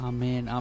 Amen